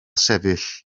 sefyll